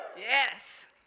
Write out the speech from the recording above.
Yes